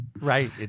Right